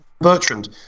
Bertrand